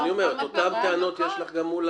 אני אומר, את אותן טענות יש לך גם מול